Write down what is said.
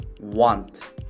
want